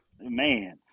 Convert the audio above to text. Man